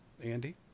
Andy